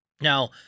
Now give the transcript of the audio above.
Now